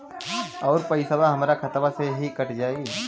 अउर पइसवा हमरा खतवे से ही कट जाई?